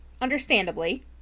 Understandably